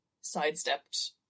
sidestepped